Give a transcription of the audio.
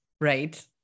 right